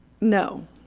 No